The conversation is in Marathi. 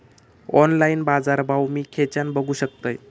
ऑनलाइन बाजारभाव मी खेच्यान बघू शकतय?